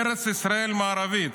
ארץ ישראל המערבית.